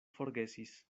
forgesis